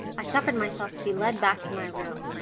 i suffered myself to be led back to my room,